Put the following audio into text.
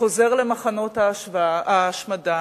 חוזר למחנות ההשמדה,